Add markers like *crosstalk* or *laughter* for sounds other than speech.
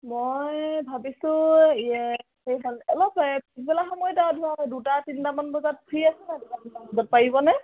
মই ভাবিছোঁ *unintelligible* অলপ পিছ বেলা সময়তে ধৰক দুটা তিনিটামান বজাত ফ্ৰী আছে নাই দুটা বজাত পাৰিবনে